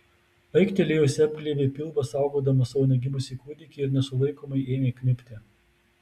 aiktelėjusi apglėbė pilvą saugodama savo negimusį kūdikį ir nesulaikomai ėmė kniubti